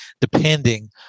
depending